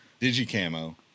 digicamo